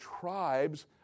tribes